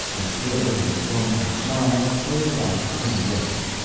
and still the scornful smile played about the thin lips.